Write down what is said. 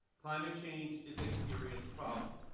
climate change is a serious problem,